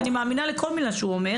ואני מאמינה לכל מילה שהוא אומר